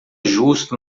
justo